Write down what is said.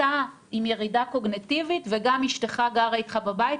אתה עם ירידה קוגניטיבית וגם אשתך גרה איתך בבית?